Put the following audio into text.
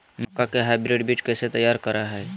मक्का के हाइब्रिड बीज कैसे तैयार करय हैय?